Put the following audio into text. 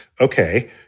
okay